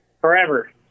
Forever